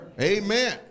Amen